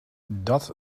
dat